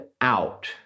out